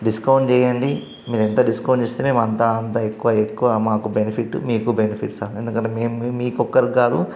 discount చెయ్యండి మీరెంత discount చేస్తే మేము అంత అంత ఎక్కువ ఎక్కువ మాకు బెనిఫిటు మీకు బెనిఫిట్స్ సార్ ఎందుకంటే మేము మీకు ఒక్కరికి కాదు